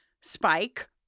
Spike